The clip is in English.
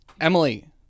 Emily